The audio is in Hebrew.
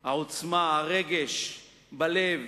העוצמה, הרגש בלב,